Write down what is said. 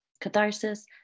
catharsis